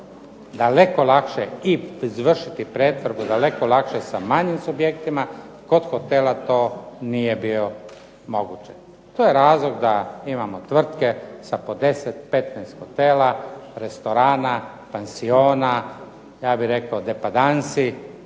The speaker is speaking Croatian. daleko lakše i izvršiti pretvorbu daleko lakše sa manjim subjektima, kod hotela to nije bio moguće. To je razlog da imamo tvrtke sa po 10, 15 hotela, restorana, pansiona i ja bih rekao depandansi